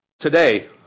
today